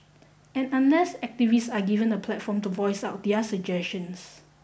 and unless activists are given a platform to voice out their suggestions